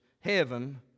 Heaven